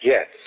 Yes